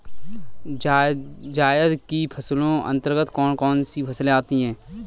जायद की फसलों के अंतर्गत कौन कौन सी फसलें आती हैं?